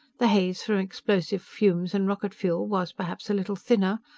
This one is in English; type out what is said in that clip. the haze from explosive fumes and rocket-fuel was, perhaps, a little thinner.